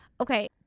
okay